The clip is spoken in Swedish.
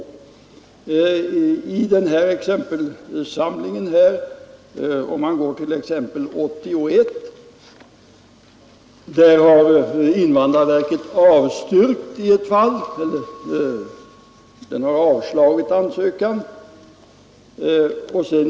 Om man går till exempel 80 i exempelsamlingen, ser man att invandrarverket i ett fall har avslagit ansökan om medborgarskap.